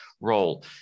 role